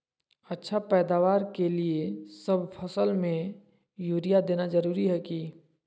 अच्छा पैदावार के लिए सब फसल में यूरिया देना जरुरी है की?